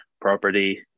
property